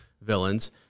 villains